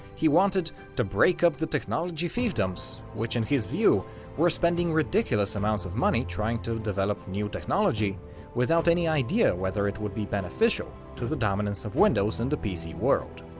he wanted to break up the technology fiefdoms, which in his view were spending ridiculous amounts of money trying to develop new technology without any idea whether it would be beneficial to the dominance of windows in the pc world.